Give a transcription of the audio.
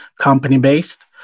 company-based